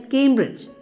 Cambridge